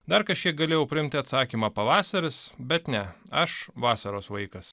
dar kažkiek galėjau priimti atsakymą pavasaris bet ne aš vasaros vaikas